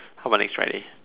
how about next Friday